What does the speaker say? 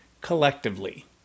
collectively